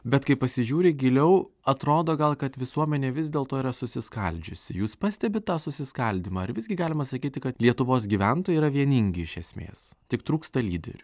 bet kai pasižiūri giliau atrodo gal kad visuomenė vis dėlto yra susiskaldžiusi jūs pastebit tą susiskaldymą ar visgi galima sakyti kad lietuvos gyventojai yra vieningi iš esmės tik trūksta lyderių